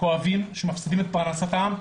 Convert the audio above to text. כואבים שמפסידים את פרנסתם.